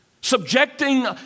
subjecting